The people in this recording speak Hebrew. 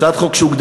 הצעת חוק שהוגדרה